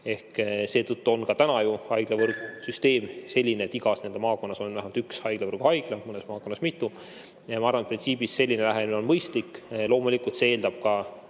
Seetõttu on ka täna ju haiglavõrgu süsteem selline, et igas maakonnas on vähemalt üks haiglavõrgu haigla, mõnes maakonnas mitu. Ma arvan, et printsiibina on selline lähenemine mõistlik. Loomulikult see eeldab ka